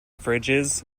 fridges